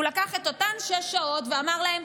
הוא לקח את אותן שש שעות ואמר להם: